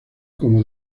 como